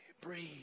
breathe